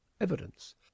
evidence